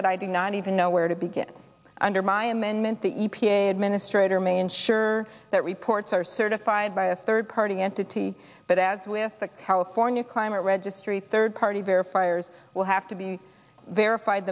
that i did not even know where to be get under my amendment the e p a administrator may ensure that reports are certified by a third party entity but as with the california climate registry third party verifiers will have to be verified